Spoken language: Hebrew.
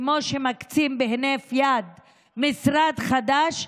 כמו שמקצים בהינף יד משרד חדש,